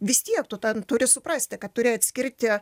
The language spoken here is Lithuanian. vis tiek tu ten turi suprasti kad turi atskirti